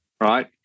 right